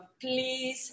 please